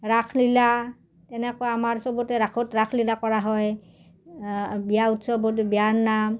ৰাসলীলা তেনেকুৱা আমাৰ চবতে ৰাসত ৰাসলীলা কৰা হয় বিয়া উৎসৱত বিয়াৰ নাম